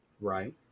Right